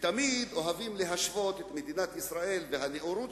ותמיד אוהבים להשוות את מדינת ישראל והנאורות